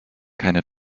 keine